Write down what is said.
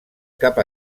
cap